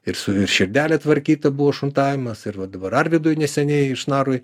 ir su širdelė tvarkyta buvo šuntavimas ir va dabar arvydui neseniai šnarui